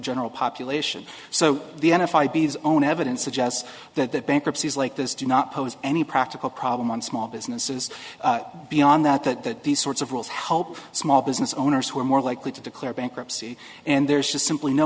general population so the n f i b zone evidence suggests that that bankruptcy is like this do not pose any practical problem on small businesses beyond that that these sorts of rules help small business owners who are more likely to declare bankruptcy and there's just simply no